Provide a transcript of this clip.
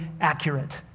accurate